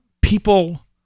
people